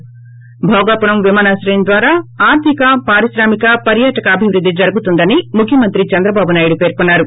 ి భోగాపురం విమానాశ్రయం ద్వారా ఆర్థిక పారిశ్రామిక పర్యాటక అభివృద్ది జరుగుతుందని ముఖ్యమంత్రి చంద్రబాబు నాయుడు పేర్కొన్సారు